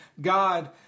God